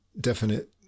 definite